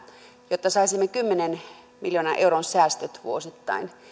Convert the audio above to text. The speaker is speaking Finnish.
jotta saisimme kymmenen miljoonan euron säästöt vuosittain